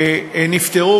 נפתרו,